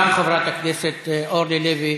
גם חברת הכנסת אורלי לוי